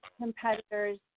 competitors